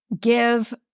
give